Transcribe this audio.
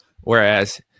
Whereas